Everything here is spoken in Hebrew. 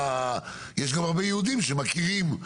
יש גם הרבה יהודים שמכירים.